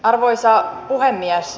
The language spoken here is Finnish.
arvoisa puhemies